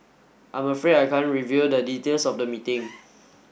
I'm afraid I can't reveal the details of the meeting